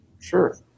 Sure